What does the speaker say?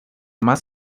más